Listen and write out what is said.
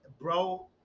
Bro